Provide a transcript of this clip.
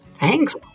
Thanks